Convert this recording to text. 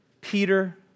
Peter